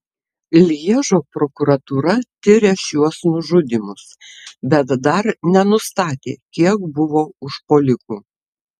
lježo prokuratūra tiria šiuos nužudymus bet dar nenustatė kiek buvo užpuolikų